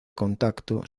contacto